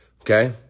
Okay